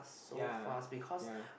yea yea